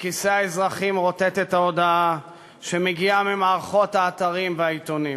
מכיסי האזרחים רוטטת ההודעה שמגיעה ממערכות האתרים והעיתונים.